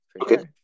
Okay